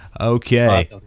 Okay